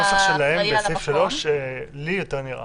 אני רוצה להגיד לך שהנוסח שלהם בסעיף (3) לי יותר נראה.